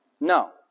no